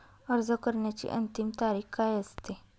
अर्ज करण्याची अंतिम तारीख काय असते?